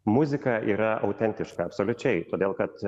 muzika yra autentiška absoliučiai todėl kad